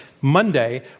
Monday